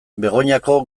begoñako